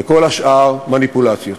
וכל השאר מניפולציות.